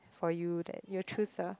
for you that you choose a